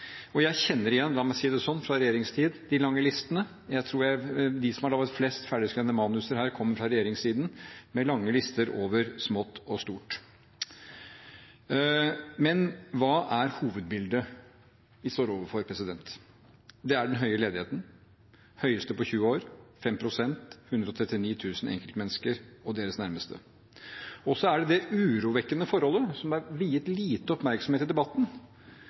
Jeg kjenner igjen – la meg si det slik – fra regjeringstid de lange listene. Jeg tror at de som har laget flest ferdigskrevne manus her, kommer fra regjeringssiden med lange lister over smått og stort. Men hva er hovedbildet vi står overfor? Det er den høye ledigheten, den høyeste på 20 år, på 5 pst., 139 000 enkeltmennesker og deres nærmeste. Og så er det det urovekkende forholdet som er viet lite oppmerksomhet i debatten: